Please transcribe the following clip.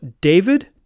David